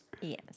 Yes